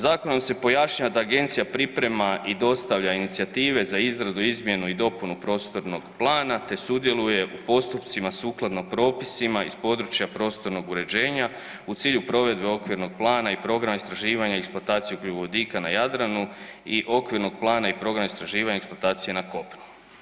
Zakonom se pojašnjava da Agencija priprema i dostavlja inicijative za izradu i izmjenu i dopunu prostornog plana te sudjeluje u postupcima sukladno propisima iz područja prostornog uređenja u cilju provedbe okvirnog plana i programa istraživanja eksploatacije ugljikovodika na Jadranu i okvirnog plana i programa istraživanja eksploatacije na kopnu.